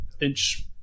inch